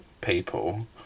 people